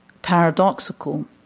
paradoxical